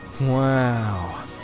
Wow